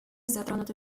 затронуты